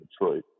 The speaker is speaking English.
Detroit